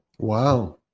Wow